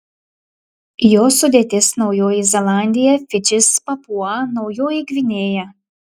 jos sudėtis naujoji zelandija fidžis papua naujoji gvinėja